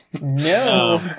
No